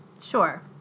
Sure